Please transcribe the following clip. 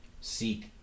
seek